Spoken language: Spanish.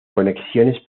conexiones